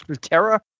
Terra